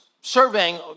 surveying